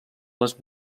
les